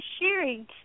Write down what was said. sharing